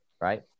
right